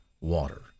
water